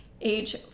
age